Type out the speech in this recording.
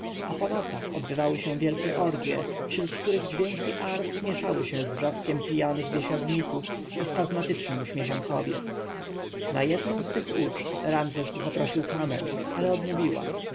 a po nocach odbywały się wielkie orgje wśród których dźwięki arf mieszały się z wrzaskami pijanych biesiadników i spazmatycznym śmiechem kobiet na jedną z tych uczt ramzes zaprosił kamę ale odmówiła